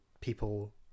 people